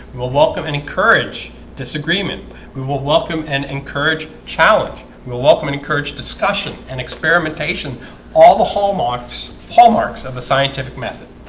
we will welcome and encourage disagreement we will welcome and encourage challenge we will welcome and encourage discussion and experimentation all the hallmarks hallmarks of a scientific method